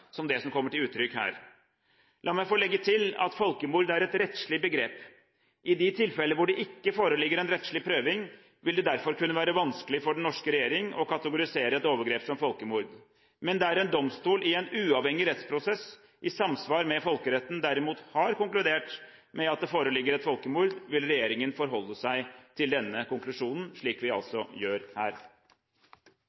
som det som kommer til uttrykk her. La meg få legge til at folkemord er et rettslig begrep. I de tilfeller hvor det ikke foreligger en rettslig prøving, vil det derfor være vanskelig for den norske regjering å kategorisere et overgrep som folkemord. Men der en domstol i en uavhengig rettsprosess i samsvar med folkeretten derimot har konkludert med at det foreligger et folkemord, vil regjeringen forholde seg til denne konklusjonen – slik vi